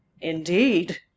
Indeed